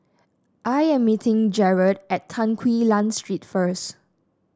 I am meeting Gerhard at Tan Quee Lan Street first